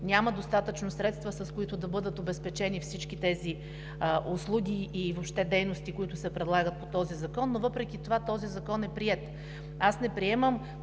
няма достатъчно средства, с които да бъдат обезпечени всички тези услуги и въобще дейности, които се предлагат по този закон, но въпреки това е приет. Аз не приемам,